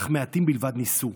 אך מעטים בלבד ניסו.